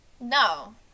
No